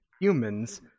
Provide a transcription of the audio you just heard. Humans